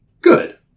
good